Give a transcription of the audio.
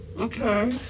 Okay